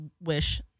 wish